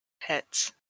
pets